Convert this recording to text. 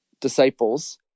disciples